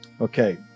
Okay